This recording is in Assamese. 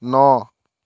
ন